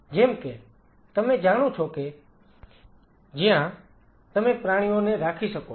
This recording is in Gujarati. જેમ કે તમે જાણો છો કે જ્યાં તમે પ્રાણીઓને રાખી શકો છો